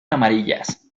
amarillas